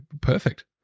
perfect